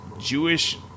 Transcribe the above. Jewish